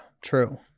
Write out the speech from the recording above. true